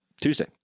Tuesday